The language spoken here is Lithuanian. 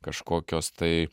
kažkokios tai